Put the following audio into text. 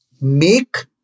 make